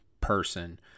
person